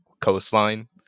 coastline